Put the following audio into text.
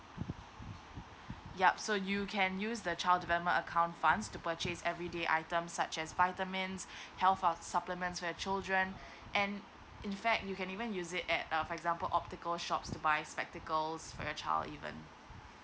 yup so you can use the child development account funds to purchase everyday item such as vitamin health of supplementary children and in fact you can even use it at uh for example optical shops to buy spectacles for your child even